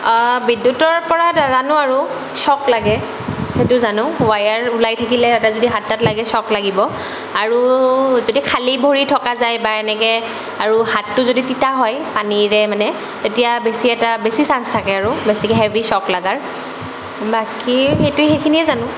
বিদ্যুতৰ পৰা জানো আৰু শ্বক লাগে সেইটো জানো ৱায়াৰ ওলাই থাকিলে তাতে যদি হাত তাত লাগে শ্বক লাগিব আৰু যদি খালী ভৰিত থকা যায় বা এনেকে আৰু হাতটো যদি তিতা হয় পানীৰে মানে তেতিয়া বেছি এটা বেছি চাঞ্চ থাকে আৰু বেছিকে হেভী শ্বক লগাৰ বাকী সেইটো সেইখিনিয়েই জানো